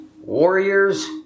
Warriors